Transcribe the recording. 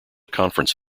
conference